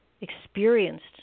experienced